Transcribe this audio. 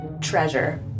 treasure